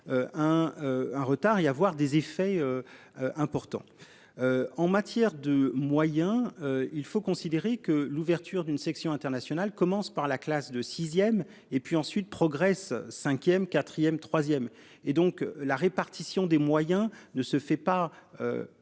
Un retard y avoir des effets. Importants. En matière de moyens, il faut considérer que l'ouverture d'une section internationale commence par la classe de 6ème et puis ensuite progresse 5ème 4ème 3ème et donc la répartition des moyens ne se fait pas.